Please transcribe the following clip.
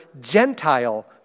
Gentile